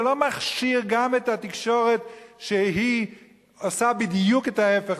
זה לא מכשיר גם את התקשורת שעושה בדיוק את ההיפך.